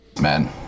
Man